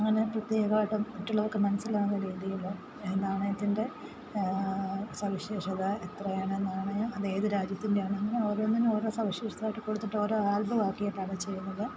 അങ്ങനെ പ്രതേകമായിട്ടും മറ്റുള്ളവർക്ക് മനസിലാവുന്ന രീതിയിൽ നാണയത്തിന്റെ സവിശേഷത എത്രയാണ് നാണയം അത് ഏത് രാജ്യത്തിന്റെ ആണെന്നും ഓരോന്നിനും ഓരോ സവിശേഷതകൾ കൊടുത്തിട്ട് ഓരോ ആൽബമാക്കിയിട്ടാണ് ചെയ്യുന്നത്